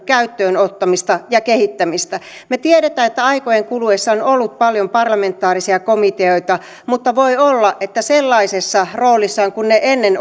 käyttöönottamista ja kehittämistä me tiedämme että aikojen kuluessa on ollut paljon parlamentaarisia komiteoita mutta voi olla että sellaisessa roolissa kuin ne ennen